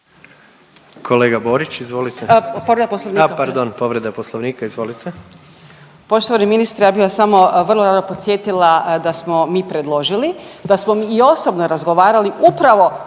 kolega Reiner izvolite, povreda Poslovnika.